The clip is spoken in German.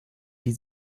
die